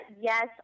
yes